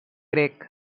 grec